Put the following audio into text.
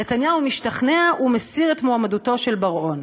נתניהו משתכנע ומסיר את מועמדותו של בר-און.